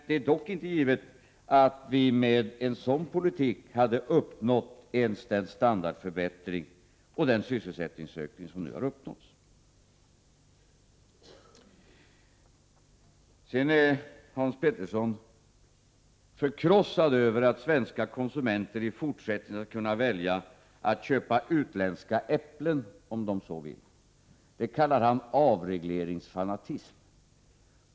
Det är dock inte givet att vi med en sådan politik hade uppnått ens den standardförbättring och den sysselsättningsökning som nu uppnåtts. Hans Petersson är förkrossad över att svenska konsumenter i fortsättningen skall kunna välja att köpa utländska äpplen, om de så vill. Det kallar han avregleringsfanatism.